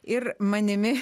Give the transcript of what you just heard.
ir manimi